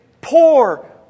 poor